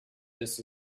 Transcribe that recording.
this